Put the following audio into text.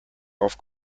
off